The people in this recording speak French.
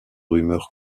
rumeurs